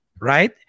Right